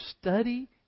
study